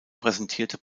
präsentierte